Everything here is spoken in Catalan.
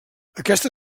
aquesta